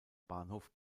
bahnhof